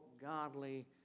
godly